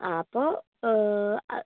ആ അപ്പോൾ